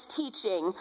teaching